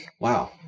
Wow